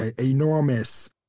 enormous